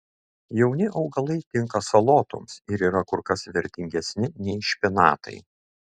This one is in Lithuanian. jauni augalai tinka salotoms ir yra kur kas vertingesni nei špinatai